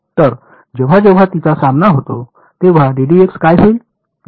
तर जेव्हा जेव्हा तिचा सामना होतो तेव्हा काय होईल